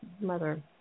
mother